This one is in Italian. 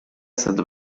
stato